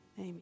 Amen